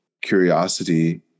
curiosity